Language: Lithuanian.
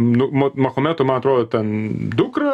nu mo mahometo man atrodo ten dukra